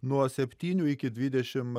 nuo septynių iki dvidešim